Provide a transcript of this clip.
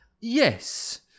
Yes